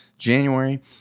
january